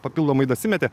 papildomai dasimetė